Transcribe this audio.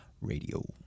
radio